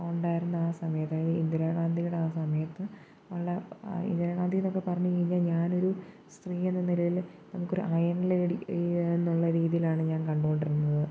ഉണ്ടായിരുന്ന ആ സമയത്ത് ഇന്ദിരാഗാന്ധിയുടെ ആ സമയത്തുള്ള ഇന്ദിരാഗാന്ധി എന്നൊക്കെ പറഞ്ഞു കഴിഞ്ഞാൽ ഞാൻ ഒരു സ്ത്രീയെന്ന നിലയിൽ നമുക്ക് ഒരു അയൺ ലേഡി എന്നുള്ള രീതിയിലാണ് ഞാൻ കണ്ടു കൊണ്ടിരുന്നത്